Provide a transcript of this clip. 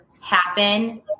happen